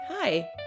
Hi